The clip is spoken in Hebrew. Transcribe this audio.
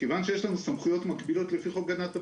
כיוון שיש לנו סמכויות מקבילות לפי חוק הגנת הפרטיות,